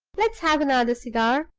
let's have another cigar.